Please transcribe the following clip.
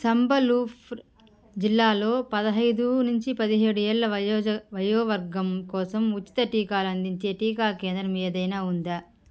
సంబలూఫుర్ జిల్లాలో పదహైదు నుంచి పదిహేడు ఏళ్ళ వయోజ వయోవర్గం కోసం ఉచిత టీకాలు అందించే టీకా కేంద్రం ఏదైనా ఉందా